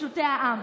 פשוטי העם.